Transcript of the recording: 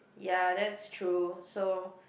ya that's true so